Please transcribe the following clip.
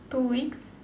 two weeks